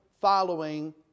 following